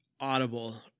audible